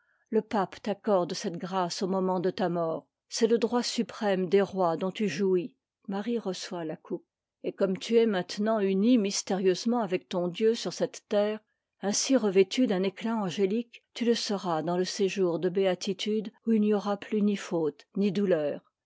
le pape t'accorde cette grâce au moment de ta mort c'est le droit suprême des rois dont tu jouis marie reçoit la compe et comme tu es maintenant unie mystérieusement avec ton dieu sur cette terre ainsi revêtue d'un éclat angélique tu le seras dans le séjour de k béatitude où il n'y aura plus ni faute ni douleur